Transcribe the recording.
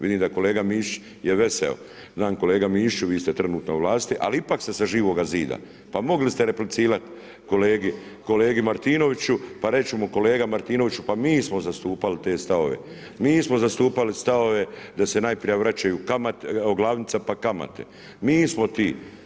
Vidim da kolega Mišić je veseo, znam kolega Mišiću ste trenutno u vlasti, ali ipak ste sa Živoga zida, pa mogli ste replicirati kolegi Martinoviću pa mu reći, kolega Martinoviću pa mi smo zastupali te stavove, mi smo zastupali stavove da se najprije vraća glavnica pa kamate, mi smo ti.